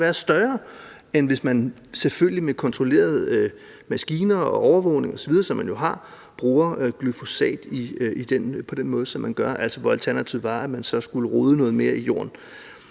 som kan være større, end hvis man – selvfølgelig med kontrollerede maskiner og overvågning osv., som man jo har – bruger glyfosat på den måde, som man gør, altså hvor alternativet var, at man skulle rode noget mere i jorden.